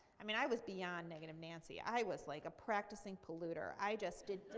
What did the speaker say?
i mean i was beyond negative nancy. i was like a practicing polluter. i just